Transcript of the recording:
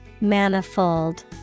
Manifold